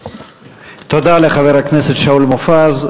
תודה לחבר הכנסת שאול מופז.